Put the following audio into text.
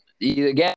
again